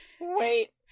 Wait